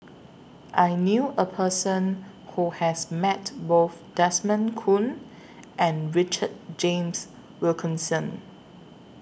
I knew A Person Who has Met Both Desmond Kon and Richard James Wilkinson